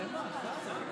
היא רצתה